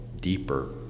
deeper